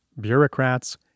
bureaucrats